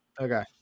Okay